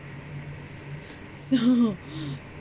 so